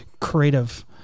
creative